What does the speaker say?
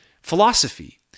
Philosophy